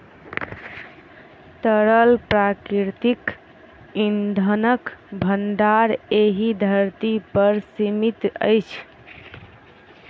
तरल प्राकृतिक इंधनक भंडार एहि धरती पर सीमित अछि